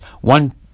one